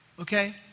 okay